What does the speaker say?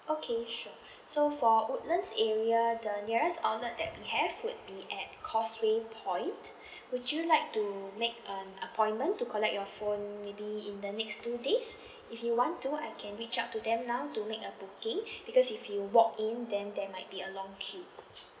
okay sure so for woodlands area the nearest outlet that we have would be at causeway point would you like to make an appointment to collect your phone maybe in the next two days if you want to I can reach out to them now to make a booking because if you walk in then there might be a long queue